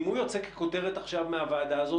אם הוא יוצא ככותרת עכשיו מהוועדה הזאת,